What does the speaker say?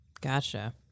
gotcha